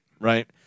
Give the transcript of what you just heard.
Right